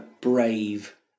brave